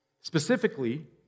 Specifically